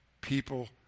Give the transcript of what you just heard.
people